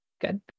good